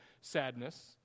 sadness